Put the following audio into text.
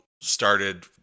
started